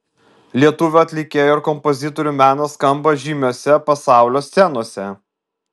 lietuvių atlikėjų ir kompozitorių menas skamba žymiose pasaulio scenose